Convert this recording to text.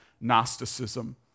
Gnosticism